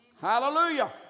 Hallelujah